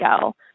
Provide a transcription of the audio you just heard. go